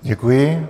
Děkuji.